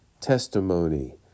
testimony